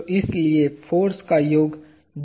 तो इसलिए फोर्स का योग 0 है